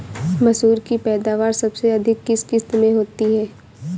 मसूर की पैदावार सबसे अधिक किस किश्त में होती है?